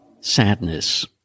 sadness